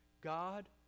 God